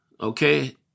okay